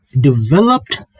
developed